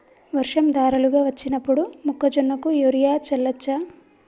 వర్షం ధారలుగా వచ్చినప్పుడు మొక్కజొన్న కు యూరియా చల్లచ్చా?